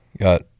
got